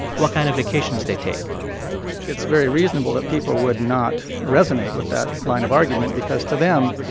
what kind of vacations they take it's very reasonable that people would not resonate with that line of argument because to them,